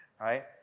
right